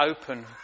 open